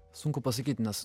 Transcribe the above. sunku pasakyt nes